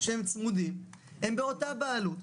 אבל כשנציג עונה, אז בבקשה תנו לו לענות עד הסוף.